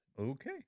Okay